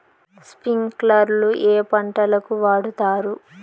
స్ప్రింక్లర్లు ఏ పంటలకు వాడుతారు?